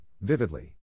vividly